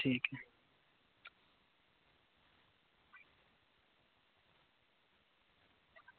ठीक ऐ